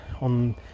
on